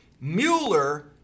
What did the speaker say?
Mueller